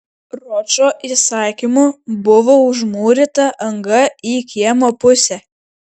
ročo įsakymu buvo užmūryta anga į kiemo pusę